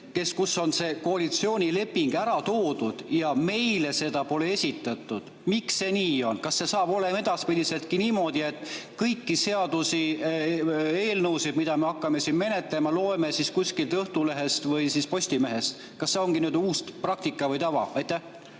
lehed, on koalitsioonilepingu ära toonud ja meile seda pole esitatud. Miks see nii on? Kas see saab olema ka edaspidi niimoodi, et kõiki seaduseelnõusid, mida me hakkame menetlema, loeme kusagilt Õhtulehest või Postimehest? Kas see ongi uus praktika või tava? Aitäh!